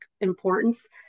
importance